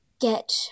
get